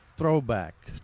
Throwback